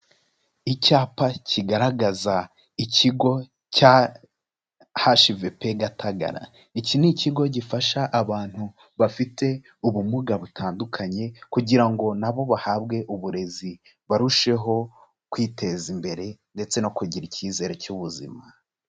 Icyapa kigaragaza ikigo cya HVP Gatagara, iki ni ikigo gifasha abantu bafite ubumuga butandukanye kugira ngo nabo bahabwe uburezi barusheho kwiteza imbere ndetse no kugira icyizere cy'ubuzima.